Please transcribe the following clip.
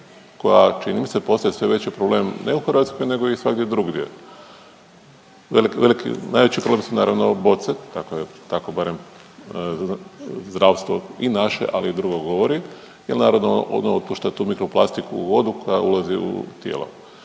koja čini mi se postaje sve veći problem ne u Hrvatskoj nego i svagdje drugdje veliki, veliki, najveći problem su naravno boce, takav je, tako barem zdravstvo i naše ali i drugo govori jer naravno ono otpušta tu mikroplastiku u vodu koja ulazi u tijelo.